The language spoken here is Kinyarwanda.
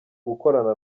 gukorana